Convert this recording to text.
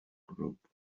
group